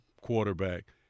quarterback